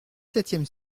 septième